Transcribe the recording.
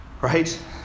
right